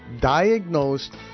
diagnosed